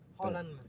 Holland